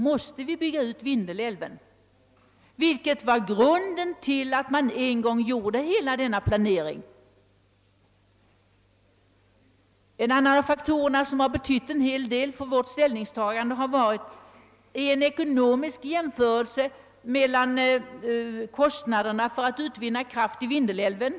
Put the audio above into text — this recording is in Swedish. Måste vi därför bygga ut Vindelälven? Detta var grunden till att hela denna planering gjordes. En annan faktor som betytt en hel del för vårt ställningstagande har varit om en ekonomisk jämförelse blivit till fördel eller nackdel för Vindelälven.